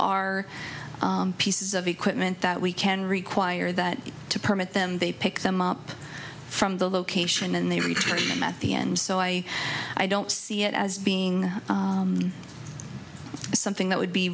are pieces of equipment that we can require that to permit them they pick them up from the location and they retrieve them at the end so i i don't see it as being something that would be